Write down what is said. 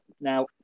Now